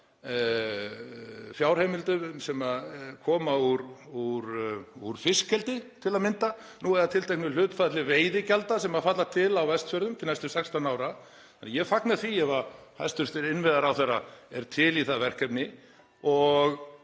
fjárheimildum sem koma úr fiskeldi til að mynda, nú eða tilteknu hlutfalli veiðigjalda sem falla til á Vestfjörðum til næstu 16 ára. Ég fagna því ef hæstv. innviðaráðherra er til í það verkefni og